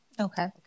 Okay